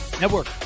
Network